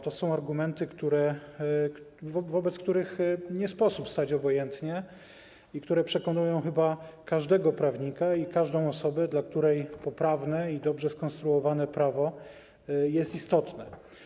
To są argumenty, wobec których nie sposób stać obojętnie i które przekonują chyba każdego prawnika i każdą osobę, dla której poprawne i dobrze skonstruowane prawo jest istotne.